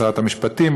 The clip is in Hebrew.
שרת המשפטים,